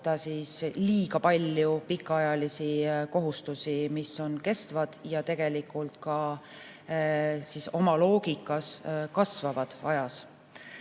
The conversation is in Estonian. võtta liiga palju pikaajalisi kohustusi, mis on kestvad ja tegelikult oma loogikas ka ajas